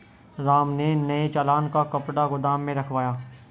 राम ने नए चालान का कपड़ा गोदाम में रखवाया